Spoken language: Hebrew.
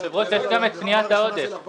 היושב-ראש, יש גם את פנייה העודף.